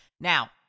Now